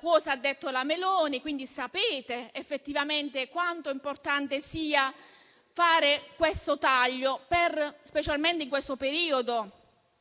cosa ha detto la Meloni, quindi sapete effettivamente quanto sia importante effettuare questo taglio, specialmente in questo periodo